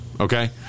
okay